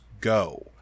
go